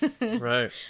Right